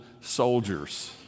soldiers